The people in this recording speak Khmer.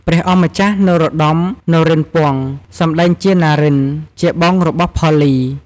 ព្រះអង្គម្ចាស់ នរោត្តម នរិន្ទ្រពង្ស សម្តែងជា ណារិន ជាបងរបស់ផល្លី។